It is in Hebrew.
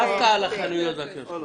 דווקא על החנויות והקיוסקים.